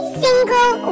single